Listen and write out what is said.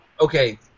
Okay